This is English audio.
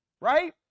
right